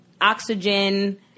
oxygen